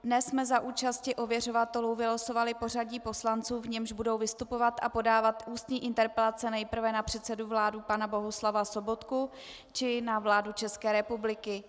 Dnes jsme za účasti ověřovatelů vylosovali pořadí poslanců, v němž budou vystupovat a podávat ústní interpelace nejprve na předsedu vlády pana Bohuslava Sobotku či na vládu České republiky.